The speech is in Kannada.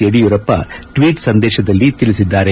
ಯಡಿಯೂರಪ್ಪ ಟ್ನೀಟ್ ಸಂದೇಶದಲ್ಲಿ ತಿಳಿಸಿದ್ದಾರೆ